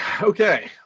okay